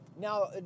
Now